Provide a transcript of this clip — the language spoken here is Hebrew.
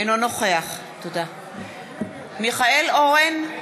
אינו נוכח מיכאל אורן,